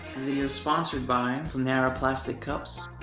you're sponsored buying from narrow plastic cups